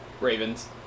Ravens